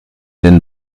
den